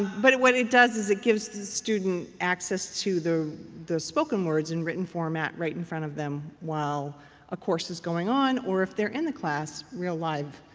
but what it does is, it gives the student access to the the spoken words in written format right in front of them while a course is going on or, if they're in the class, real live,